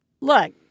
look